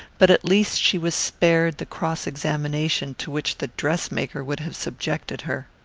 but at least she was spared the cross-examination to which the dress-maker would have subjected her.